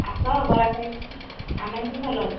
ଆସ ବରା ଖାଇ ଆମେ ବି ଭଲ ଅଛୁ